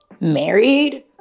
married